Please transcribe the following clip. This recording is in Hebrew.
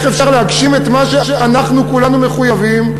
איך אפשר להגשים את מה שאנחנו כולנו מחויבים,